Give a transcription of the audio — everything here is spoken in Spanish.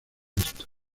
visto